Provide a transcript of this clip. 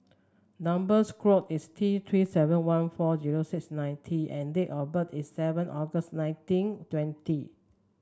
number is T Three seven one four zero six nine T and date of birth is seven August nineteen twenty